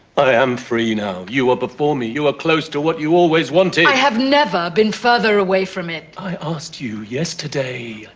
i am free now. you are before me. you are close to what you always wanted. i have never been farther away from it. i asked you yesterday,